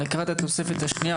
לקראת התוספת השנייה,